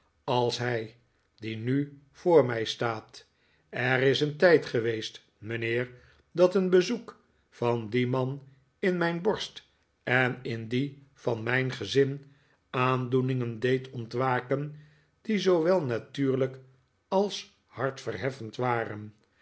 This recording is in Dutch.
als hij die nu voor mij staat er is een tijd geweest mijnheer dat een bezoek van dien man in mijn borst en in die van mijn gezin aandoeningen deed ontwaken die zoowel natuurlijk als hartverheffend waren